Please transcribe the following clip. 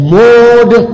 mode